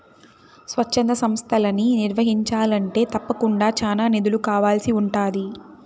స్వచ్ఛంద సంస్తలని నిర్వహించాలంటే తప్పకుండా చానా నిధులు కావాల్సి ఉంటాది